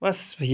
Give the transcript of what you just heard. बस भैया